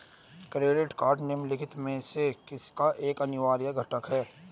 Credit card निम्नलिखित में से किसका एक अनिवार्य घटक है?